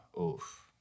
oof